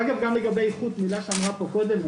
אגב, גם לגבי איכות שזו מילה שנאמרה פה קודם.